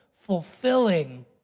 fulfilling